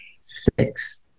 six